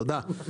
תודה,